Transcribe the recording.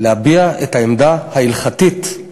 להביע את העמדה ההלכתית,